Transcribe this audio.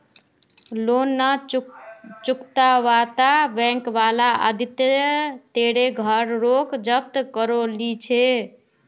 loan ना चुकावाता bank वाला आदित्य तेरे घर रोक जब्त करो ली छे